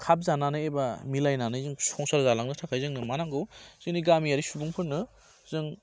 खाब जानानै एबा मिलायनानै जों संसार जालांनो थाखाय जोंनो मा नांगौ जोंनि गामियारि सुबुंफोरनो जों